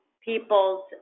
people's